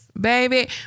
Baby